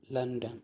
London